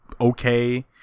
okay